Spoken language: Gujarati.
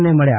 ને મળ્યા